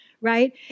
right